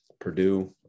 Purdue